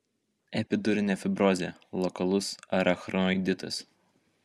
epidurinė fibrozė lokalus arachnoiditas